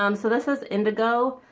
um so this is indigo,